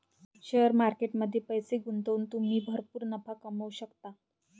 share market मध्ये पैसे गुंतवून तुम्ही भरपूर नफा कमवू शकता